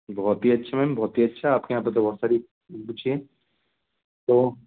बहुत ही अच्छे हैं मैम बहुत हीअच्छा आपके यहाँ तो बहुत सारी कुछ हैं तो